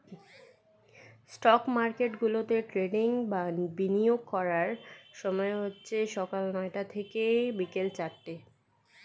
stock মার্কেটগুলোতে trading বা বিনিয়োগ করার সময় হচ্ছে সকাল নয়টা থেকে বিকেল চারটে